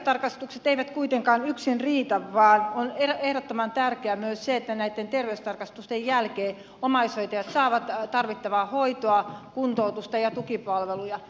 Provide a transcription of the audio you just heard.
terveystarkastukset eivät kuitenkaan yksin riitä vaan on ehdottoman tärkeää myös se että näitten terveystarkastusten jälkeen omaishoitajat saavat tarvittavaa hoitoa kuntoutusta ja tukipalveluja